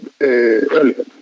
earlier